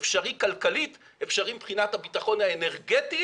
אפשרי כלכלית, אפשרי מבחינת הביטחון האנרגטי